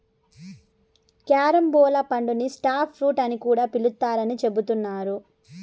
carambola పండుని star fruit అని కూడా పిలుత్తారని చెబుతున్నారు